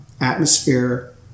atmosphere